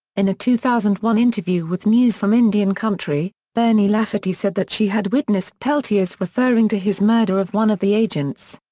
in a two thousand and one interview with news from indian country, bernie lafferty said that she had witnessed peltier's referring to his murder of one of the agents.